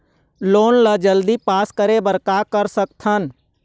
Loan ला जल्दी पास करे बर का कर सकथन?